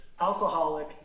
alcoholic